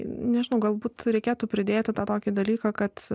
nežinau galbūt reikėtų pridėti tą tokį dalyką kad